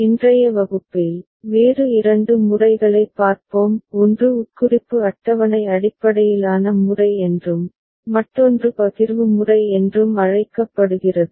இன்றைய வகுப்பில் வேறு இரண்டு முறைகளைப் பார்ப்போம் ஒன்று உட்குறிப்பு அட்டவணை அடிப்படையிலான முறை என்றும் மற்றொன்று பகிர்வு முறை என்றும் அழைக்கப்படுகிறது